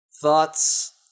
Thoughts